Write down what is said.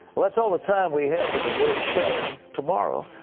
well, that's all the time we have for today's show. tomorrow,